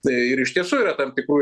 tai ir iš tiesų yra tam tikrų